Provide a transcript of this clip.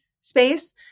space